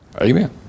Amen